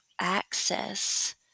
access